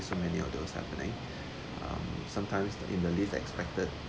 so many of those happening um sometimes in the least expected